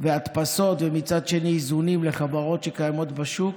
והדפסות ומצד שני איזונים לחברות שקיימות בשוק,